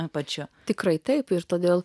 apačioje tikrai taip ir todėl